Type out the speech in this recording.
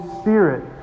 Spirit